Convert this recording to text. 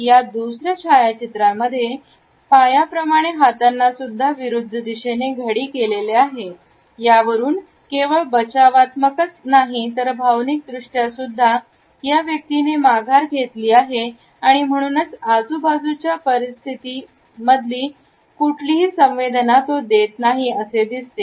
या दुसऱ्या छायाचित्रांमध्ये हे पाया प्रमाणे हातांना सुद्धा विरुद्ध दिशेने घडी केलेले आहे हे यावरून केवळ बचावात्मकच तर भावनिक दृष्ट्या सुद्धा या व्यक्तीने माघार घेतली आहे आणि म्हणूनच आजूबाजूच्या परिस्थिती कुठली संवेदना देत नाही असे दिसते